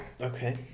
Okay